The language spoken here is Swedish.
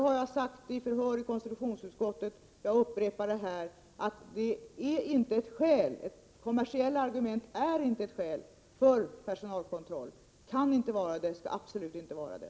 Jag har sagt i förhör i konstitutionsutskottet och jag upprepar det här, att kommersiella argument inte är ett skäl för personalkontroll — det kan inte vara det och skall absolut inte vara det.